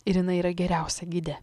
irina yra geriausia gidė